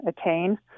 attain